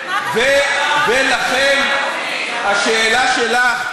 ולכן השאלה שלך,